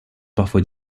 parfois